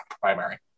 primary